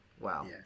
Wow